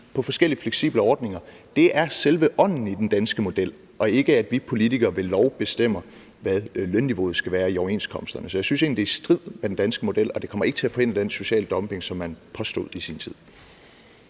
på forskellige fleksible ordninger, er selve ånden i den danske model, og ikke, at vi politikere ved lov bestemmer, hvad lønniveauet skal være i overenskomsterne. Så jeg synes egentlig, det er i strid med den danske model, og det kommer ikke til at forhindre den sociale dumping, som man påstod i sin tid.